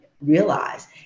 realize